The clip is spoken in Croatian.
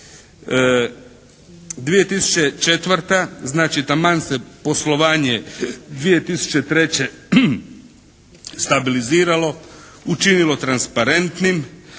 2004. znači taman se poslovanje 2003. stabiliziralo, učinilo transparentnim